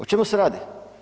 O čemu se radi?